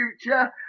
future